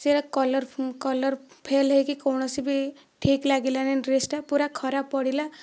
ସେ'ଟା colour colour fail ହୋଇକି କୌଣସି ବି ଠିକ ଲାଗିଲାନି ଡ୍ରେସଟା ପୁରା ଖରାପ ପଡ଼ିଲା